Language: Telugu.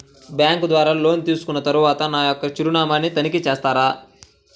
బ్యాంకు ద్వారా లోన్ తీసుకున్న తరువాత నా యొక్క చిరునామాని తనిఖీ చేస్తారా?